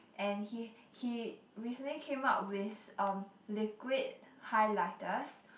and he he recently came out with um liquid highlighters